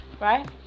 right